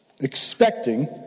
expecting